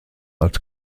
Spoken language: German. als